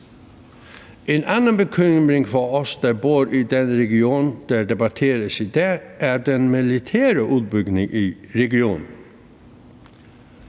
En anden bekymring for os, der bor i den region, der debatteres i dag, er den militære udbygning i regionen.